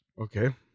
okay